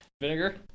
Vinegar